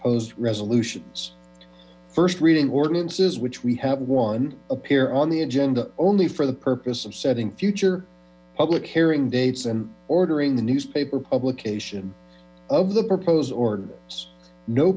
proposed resolutions first reading ordinances which we have one appear on the agenda only for the purpose of setting future public hearing dates and ordering the newspaper publication of the proposed or no